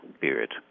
period